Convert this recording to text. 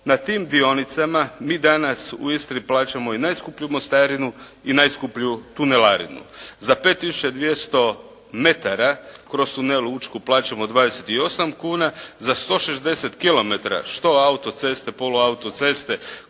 na tim dionicama mi danas u Istri plaćamo i najskuplju mostarinu i najskuplju tunelarinu. Za 5200 metara kroz tunel Učku plaćamo 28 kuna, za 160 km, što autoceste, polu autoceste